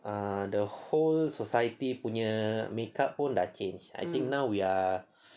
ah the whole society punya makeup pun dah changed I think now we are